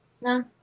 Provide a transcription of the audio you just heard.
No